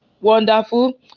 wonderful